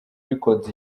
records